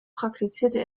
praktizierte